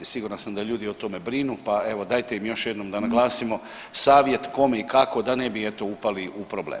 Siguran sam da ljudi o tome brinu pa evo dajte im još jednom da naglasimo savjet kome i kako da ne bi eto upali u probleme.